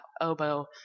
oboe